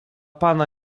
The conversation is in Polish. pana